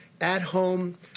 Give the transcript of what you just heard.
at-home